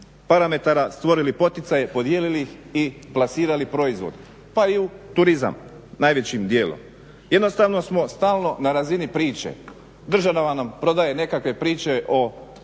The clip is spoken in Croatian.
parametara stvorili poticaje, podijelili ih i plasirali proizvod pa i u turizam najvećim dijelom. Jednostavno smo stalno na razini priče, država nam prodaje nekakve priče o